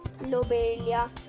Lobelia